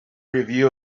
review